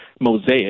mosaic